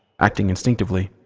acting instinctively,